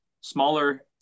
smaller